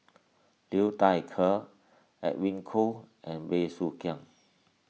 Liu Thai Ker Edwin Koo and Bey Soo Khiang